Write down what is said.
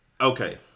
Okay